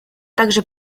также